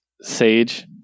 sage